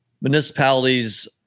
municipalities